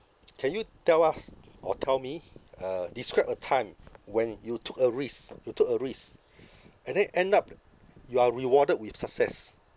can you tell us or tell me uh describe a time when you took a risk you took a risk and then end up you are rewarded with success